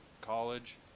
college